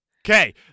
Okay